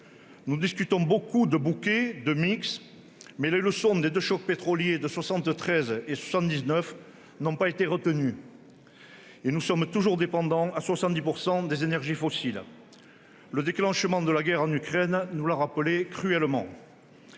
Nous discutons abondamment de bouquet, de mix, mais les leçons des deux chocs pétroliers de 1973 et de 1979 n'ont pas été retenues et nous sommes toujours dépendants- à 70 % -des énergies fossiles. Le déclenchement de la guerre en Ukraine nous l'a cruellement